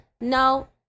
No